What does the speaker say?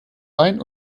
rein